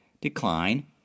decline